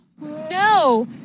No